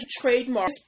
trademark